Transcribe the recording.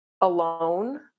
alone